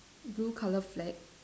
blue colour flag